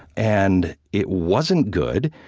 and it wasn't good,